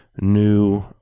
new